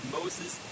Moses